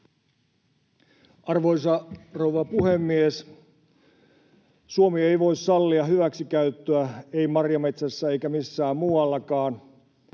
Arvoisa rouva puhemies! Suomi ei voi sallia hyväksikäyttöä, ei marjametsässä eikä missään muuallakaan.